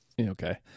Okay